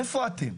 איפה אתם?